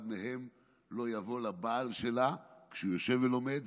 מהן לא תבוא לבעל שלה כשהוא יושב ולומד,